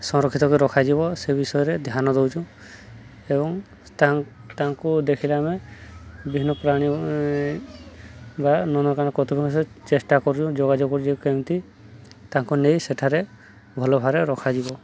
ସଂରକ୍ଷିତ କରି ରଖାଯିବ ସେ ବିଷୟରେ ଧ୍ୟାନ ଦଉଛୁ ଏବଂ ତା ତାଙ୍କୁ ଦେଖିଲେ ଆମେ ବିଭିନ୍ନ ପ୍ରାଣୀ ବା ନନ୍ଦନକାନନ ଚେଷ୍ଟା କରୁଛୁ ଯୋଗାଯୋଗ କରୁଛୁ ଯେ କେମିତି ତାଙ୍କୁ ନେଇ ସେଠାରେ ଭଲ ଭାବରେ ରଖାଯିବ